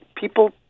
people